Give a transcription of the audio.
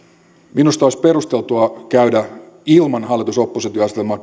minusta olisi perusteltua käydä ilman hallitus oppositio asetelmaa